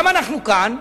למה אנחנו כאן?